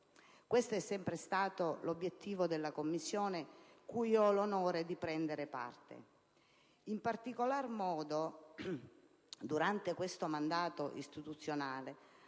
Questo è sempre stato l'obiettivo della Commissione cui ho l'onore di prendere parte.